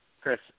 Chris